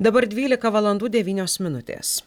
dabar dvylika valandų devynios minutės